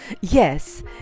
Yes